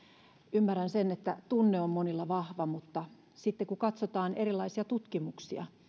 ymmärrän sen että tunne on monilla vahva mutta sitten kun katsotaan erilaisia tutkimuksia